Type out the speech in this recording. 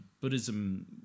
buddhism